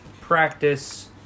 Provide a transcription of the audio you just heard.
practice